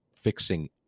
fixing